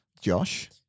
Josh